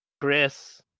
Chris